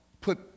put